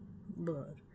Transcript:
बरं